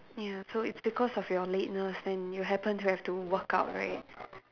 ya so it's because of your lateness then you happen to have to work out right